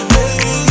Baby